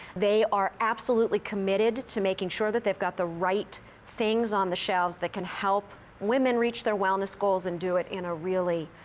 they are absolutely committed to making sure that they've got the right things on the shelves that can help women reach their wellness goals and do it in a really,